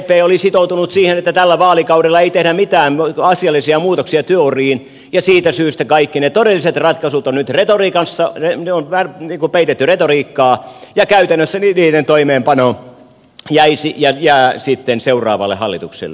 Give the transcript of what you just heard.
sdp oli sitoutunut siihen että tällä vaalikaudella ei tehdä mitään asiallisia muutoksia työuriin ja siitä syystä kaikki ne todelliset ratkaisut on nyt peitetty retoriikkaan ja käytännössä niiden toimeenpano jäisi ja jää sitten seuraavalle hallitukselle